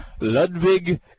Ludwig